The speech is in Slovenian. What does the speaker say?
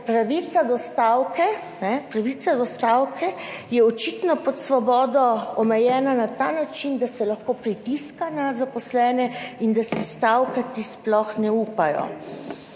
pravica do stavke je očitno pod Svobodo omejena na ta način, da se lahko pritiska na zaposlene in da si stavkati sploh ne upajo.